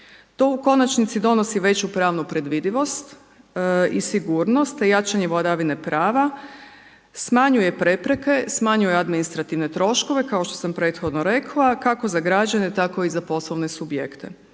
To u konačnici donosi veću pravnu predvidivost i sigurnost, jačanje vladavine prava, smanjuje prepreke, smanjuje administrativne troškove kao što sam prethodno rekla kako za građane tako i za poslovne subjekte.